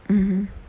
mmhmm